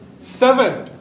Seven